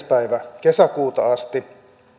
päivään kesäkuuta asti